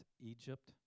Egypt